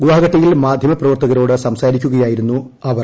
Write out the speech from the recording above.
ഗുവാഹട്ടിയിൽ മാധ്യമ പ്രവർത്തകരോട് സംസാരിക്കുകയായിരുന്നു അവർ